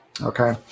Okay